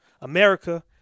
America